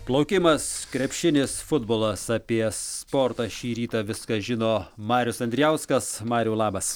plaukimas krepšinis futbolas apie sportą šį rytą viską žino marius andrijauskas mariau labas